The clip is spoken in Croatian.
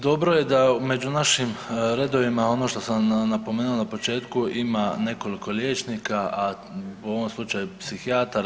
Dobro je da među našim redovima, ono što sam napomenuo na početku ima nekoliko liječnika, a u ovom slučaju psihijatara.